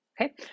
Okay